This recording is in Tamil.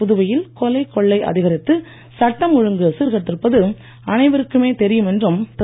புதுவையில் கொலை கொள்ளை அதிகரித்து சட்டம் ஒழுங்கு சீர்கெட்டிருப்பது அனைவருக்குமே தெரியும் என்றும் திரு